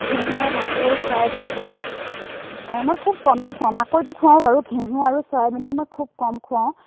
ঘেঁহু মাকৈ চয়াবিন এইবিলাক আ মই খুব কমেই খুৱাওঁ মাকৈটো খুৱাওঁ বাৰু ঘেঁহু আৰু চয়াবিনটো মই খুব কম খুৱাওঁ